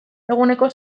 eguneko